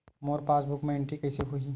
मोर passbook मा entry कइसे होही?